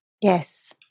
Yes